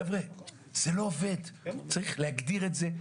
חבר'ה, זה לא עובד, צריך להגדיר את זה.